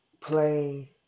playing